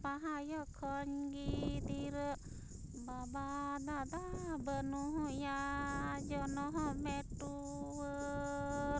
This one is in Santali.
ᱱᱟᱯᱟᱭ ᱚᱠᱚᱡ ᱜᱤᱫᱽᱨᱟᱹ ᱵᱟᱵᱟ ᱫᱟᱫᱟ ᱵᱟᱹᱱᱩᱭᱟ ᱡᱚᱱᱚᱢᱮ ᱴᱩᱣᱟᱹᱨ